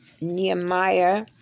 Nehemiah